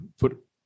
put